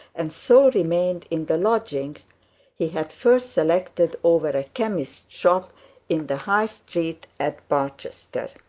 and so remained in the lodgings he had first selected over a chemist's shop in the high street at barchester.